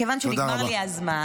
מכיוון שנגמר לי הזמן,